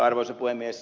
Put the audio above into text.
arvoisa puhemies